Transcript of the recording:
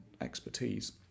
expertise